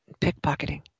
pickpocketing